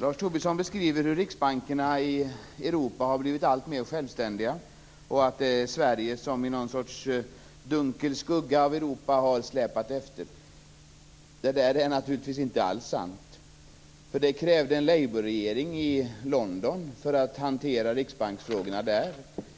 Lars Tobisson beskriver hur riksbankerna i Europa har blivit alltmer självständiga, och att Sverige som i någon sorts dunkel skugga av Europa har släpat efter. Det är naturligtvis inte alls sant. Det krävdes nämligen en labourregering i London för att hantera riksbanksfrågorna där